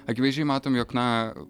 akivaizdžiai matom jog na